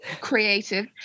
creative